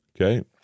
okay